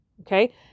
Okay